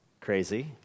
crazy